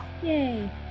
Yay